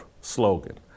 slogan